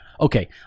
Okay